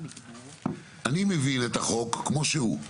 אני מבין את החוק כמו שהוא,